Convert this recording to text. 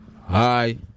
hi